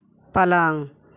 पलंग